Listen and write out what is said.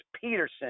Peterson